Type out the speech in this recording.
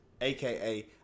AKA